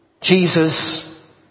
Jesus